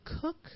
cook